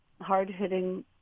hard-hitting